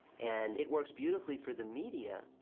and, it works beautifully for the media,